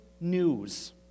news